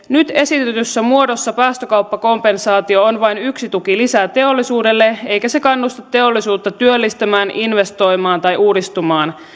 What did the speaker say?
nyt esitetyssä muodossa päästökauppakompensaatio on vain yksi tuki lisää teollisuudelle eikä se kannusta teollisuutta työllistämään investoimaan tai uudistumaan